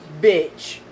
bitch